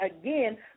again